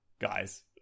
guys